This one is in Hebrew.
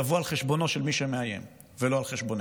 יבוא על חשבונו של מי שמאיים ולא על חשבוננו.